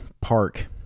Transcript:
park